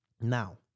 now